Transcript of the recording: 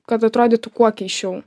kad atrodytų kuo keisčiau